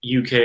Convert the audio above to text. UK